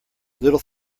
little